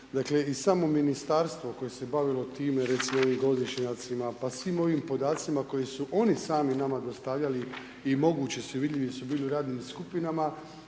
Dakle i samo ministarstvo koje se bavilo time recimo u ovim godišnjacima pa svim ovim podacima koje su oni sami nama dostavljali i mogući su i vidljivi su bili u radnim skupinama